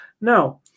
Now